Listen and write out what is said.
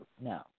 No